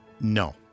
No